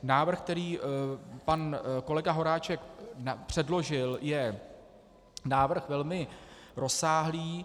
Návrh, který pan kolega Horáček předložil, je návrh velmi rozsáhlý.